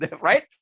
right